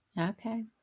Okay